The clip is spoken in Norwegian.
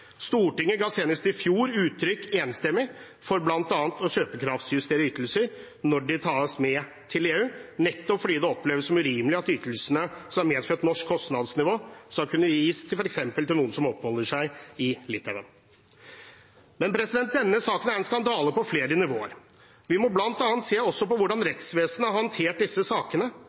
Stortinget ga senest i fjor enstemmig uttrykk for bl.a. å kjøpekraftjustere ytelser når de tas med til EU, nettopp fordi det oppleves som urimelig at ytelsene, som er gitt ut fra et norsk kostnadsnivå, skal kunne gis til noen som f.eks. oppholder seg i Litauen. Men denne saken er en skandale på flere nivåer. Vi må bl.a. også se på hvordan rettsvesenet har håndtert disse sakene.